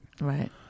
Right